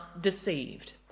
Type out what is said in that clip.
deceived